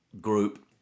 group